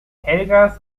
helgas